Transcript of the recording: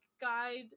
guide